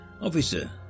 Officer